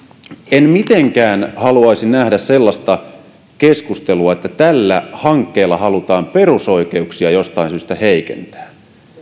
en mitenkään haluaisi nähdä sellaista keskustelua että tällä hankkeella halutaan perusoikeuksia jostain syystä heikentää